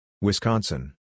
Wisconsin